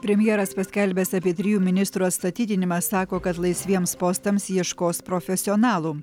premjeras paskelbęs apie trijų ministrų atstatydinimą sako kad laisviems postams ieškos profesionalų